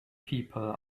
people